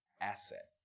asset